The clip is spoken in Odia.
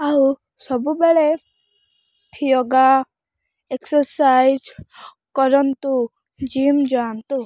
ଆଉ ସବୁବେଳେ ଯୋଗ ଏକ୍ସରସାଇଜ୍ କରନ୍ତୁ ଜିମ୍ ଯାଆନ୍ତୁ